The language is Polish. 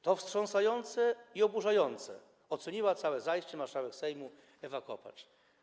To wstrząsające i oburzające - oceniła całe zajście marszałek Sejmu Ewa Kopacz.